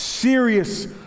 serious